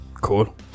Cool